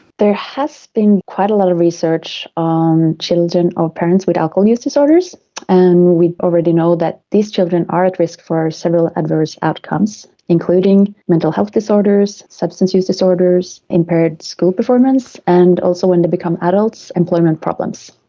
there has been quite a lot of research on children of parents with alcohol use disorders and we already know that these children are at risk for several adverse outcomes including mental health disorders, substance use disorders, impaired school performance and also, when they become adults, employment problems.